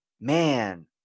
man